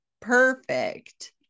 perfect